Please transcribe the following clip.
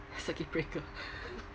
circuit breaker